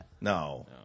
No